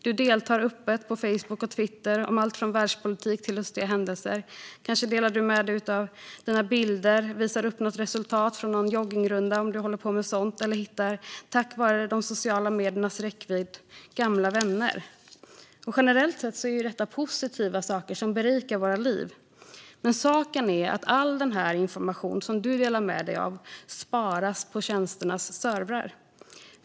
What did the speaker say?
Du deltar öppet på Facebook och Twitter om allt från världspolitik till lustiga händelser. Du delar kanske med dig av dina bilder, visar upp ett resultat från någon joggningsrunda - om du håller på med sådant - eller hittar gamla vänner tack vare de sociala mediernas räckvidd. Generellt sett är ju detta positiva inslag, som berikar våra liv. Men saken är att all den information du delar med dig av sparas på tjänsternas servrar.